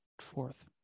fourth